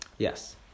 Yes